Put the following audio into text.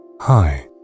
Hi